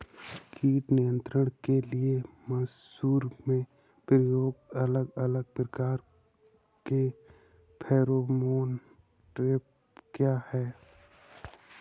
कीट नियंत्रण के लिए मसूर में प्रयुक्त अलग अलग प्रकार के फेरोमोन ट्रैप क्या है?